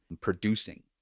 producing